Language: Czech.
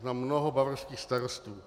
Znám mnoho bavorských starostů.